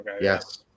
Yes